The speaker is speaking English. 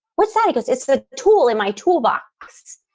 what's that? he goes, it's the tool in my tool box.